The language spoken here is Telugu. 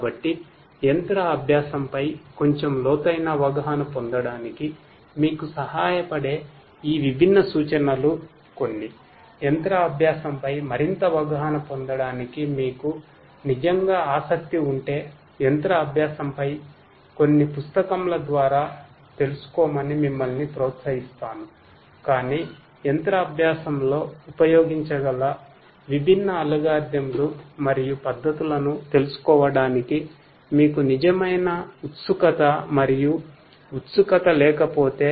కాబట్టి మెషిన్ లెర్నింగ్ లు మరియు పద్దతులను తెలుసుకోవటానికి మీకు నిజమైన ఉత్సుకత మరియు ఉత్సుకత లేకపోతే